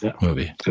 movie